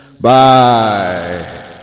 bye